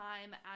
time